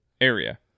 area